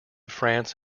france